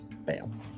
bam